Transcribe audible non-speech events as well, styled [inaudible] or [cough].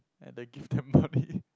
and then give them [breath] money